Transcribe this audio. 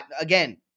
Again